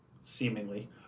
seemingly